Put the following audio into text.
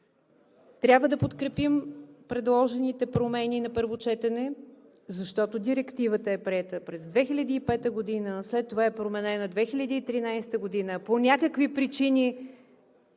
Трябва да подкрепим предложените промени на първо четене, защото Директивата е приета през 2005 г., след това е променена през 2013 г. По някакви причини